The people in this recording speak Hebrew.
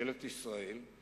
ממשלת ישראל,